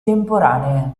temporanee